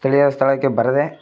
ಸ್ಥಳೀಯ ಸ್ಥಳಕ್ಕೆ ಬರದೇ